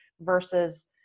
versus